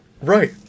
right